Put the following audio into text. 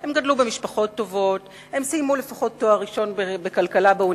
הם גדלו במשפחות עם יכולות כלכליות סבירות ואף יותר,